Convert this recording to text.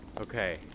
Okay